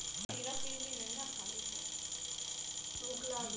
सरकार ने mid day meal योजना बच्चों में कुपोषण की समस्या को दूर करने के लिए चलाया है